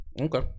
Okay